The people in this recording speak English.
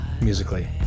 Musically